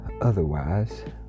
otherwise